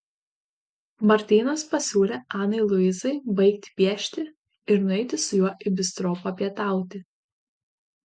martynas pasiūlė anai luizai baigti piešti ir nueiti su juo į bistro papietauti